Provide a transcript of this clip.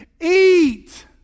Eat